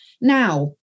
Now